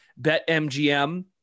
BetMGM